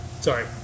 sorry